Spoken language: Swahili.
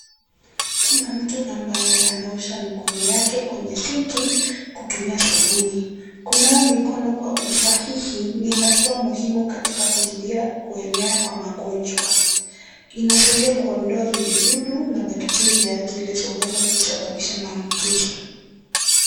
Kuna mtu ambaye anaosha mikono yake kwenye sinki kutumia sabuni. Kunawa mikono kwa usahihi ni hatua muhimu katika kuzuia kuenea kwa magonjwa, inasaidia kuondoa vijidudu na bacteria zilizoweza kusababisha maambukizi.